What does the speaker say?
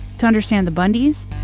to understand the bundys,